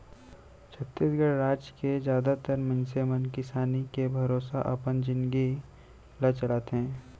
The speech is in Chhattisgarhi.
छत्तीसगढ़ राज के जादातर मनसे मन किसानी के भरोसा अपन जिनगी ल चलाथे